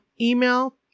email